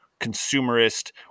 consumerist